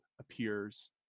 appears